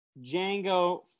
Django